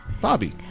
Bobby